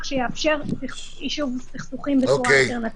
שיאפשר יישוב סכסוכים בצורה אלטרנטיבית.